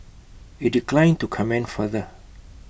IT declined to comment further